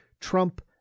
Trump